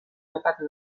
topatu